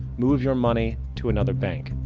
move your money to another bank.